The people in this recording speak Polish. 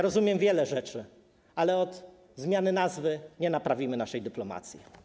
Rozumiem wiele rzeczy, ale poprzez zmianę nazwy nie naprawimy naszej dyplomacji.